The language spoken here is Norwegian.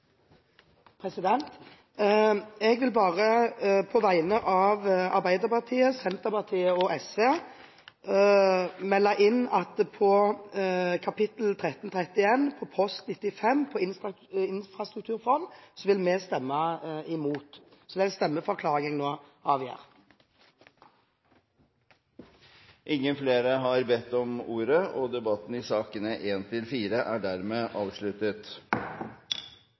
1. Jeg vil på vegne av Arbeiderpartiet, Senterpartiet og SV bare melde inn at når det gjelder kapittel 1331, post 95, Infrastrukturfond, vil vi stemme imot – så det er en stemmeforklaring jeg nå avgir. Flere har ikke bedt om ordet til sakene nr. 1–4. Ingen har bedt om ordet til